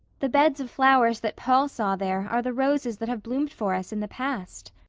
the beds of flowers that paul saw there are the roses that have bloomed for us in the past?